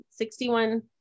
61